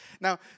now